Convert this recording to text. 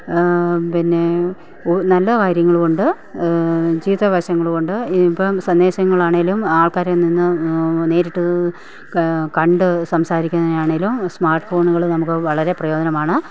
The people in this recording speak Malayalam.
പിന്നെ നല്ല കാര്യങ്ങളുമുണ്ട് ചീത്ത വശങ്ങളുമുണ്ട് ഇപ്പം സന്ദേശങ്ങളാണേലും ആൾക്കാരിൽ നിന്ന് നേരിട്ട് കണ്ട് സംസാരിക്കാനാണേലും സ്മാർട്ട് ഫോണുകൾ നമുക്ക് വളരെ പ്രയോജനമാണ്